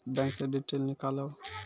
Bank से detail नीकालव?